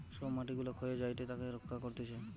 সব মাটি গুলা ক্ষয়ে যায়েটে তাকে রক্ষা করা হতিছে